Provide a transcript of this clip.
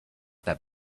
that